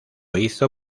hizo